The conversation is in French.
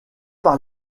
par